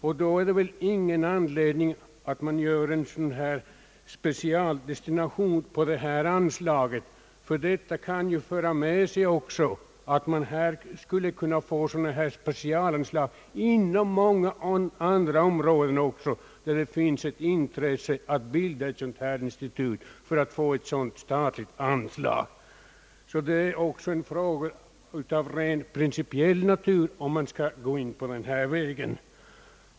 Då finns det väl ingen anledning att göra en specialdestination med det anslag, som här är i fråga, ty det kunde ju föra med sig att man skulle kunna få liknande specialanslag inom många andra områden också, där det finns intresse att bilda ett liknande institut inom andra områden för att få ett sådant statligt anslag. Det är alltså även en fråga av rent principiell natur, om man skall gå in på denna väg.